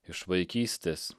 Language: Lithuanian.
iš vaikystės